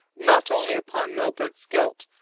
not only upon milburgh's guilt,